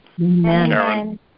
Amen